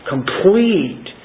Complete